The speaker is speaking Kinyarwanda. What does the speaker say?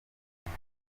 muri